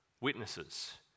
witnesses